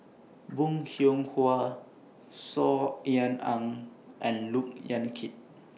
Bong Hiong Hwa Saw Ean Ang and Look Yan Kit